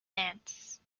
dance